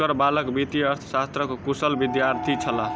हुनकर बालक वित्तीय अर्थशास्त्रक कुशल विद्यार्थी छलाह